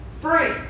free